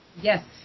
Yes